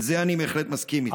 עם זה אני בהחלט מסכים איתך.